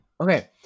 Okay